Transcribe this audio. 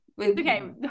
Okay